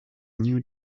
new